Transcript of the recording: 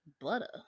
butter